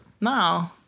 No